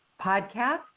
podcast